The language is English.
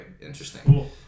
Interesting